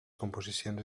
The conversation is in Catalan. composicions